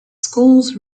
schools